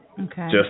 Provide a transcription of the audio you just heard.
Okay